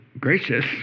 gracious